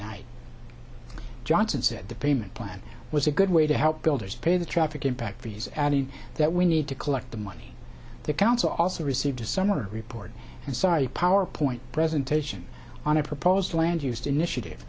night johnson said the payment plan was a good way to help builders pay the traffic impact for years adding that we need to collect the money the council also received a summer report inside a power point presentation on a proposed land used initiative